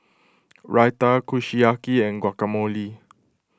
Raita Kushiyaki and Guacamole